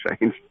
change